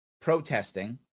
protesting